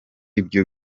ibyo